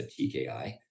TKI